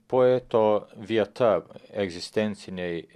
poeto vieta egzistencinėj